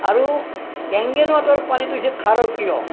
আৰু কেংগেন ৱাটাৰৰ পানীটো হৈছে খাৰকীয়